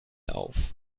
auf